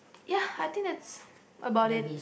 ya I think that's about it